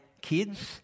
kids